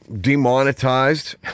demonetized